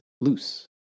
loose